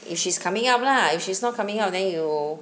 if she's coming up lah if she's not coming up then you